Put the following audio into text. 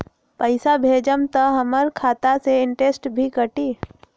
पैसा भेजम त हमर खाता से इनटेशट भी कटी?